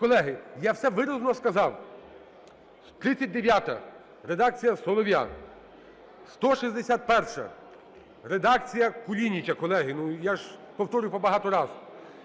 Колеги, я все виразно сказав: 39-а – редакція Солов'я; 151-а – редакція Кулініча. Колеги, ну я ж повторюю по багато раз.